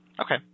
Okay